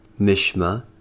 Mishma